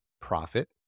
profit